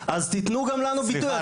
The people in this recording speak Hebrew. אז תתנו גם לנו ביטוי,